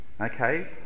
okay